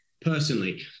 personally